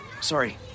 sorry